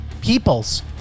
people's